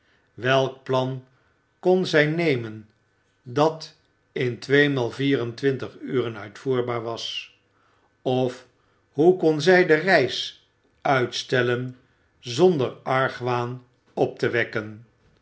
welk plan kon zij nemen dat in tweemaal vier en twintig uren uitvoerbaar was of hoe kon zij de reis uitstellen zonder argwaan op te wekken